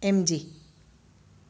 MG